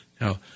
Now